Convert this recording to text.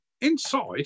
inside